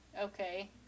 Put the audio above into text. Okay